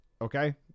Okay